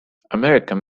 american